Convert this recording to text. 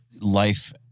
life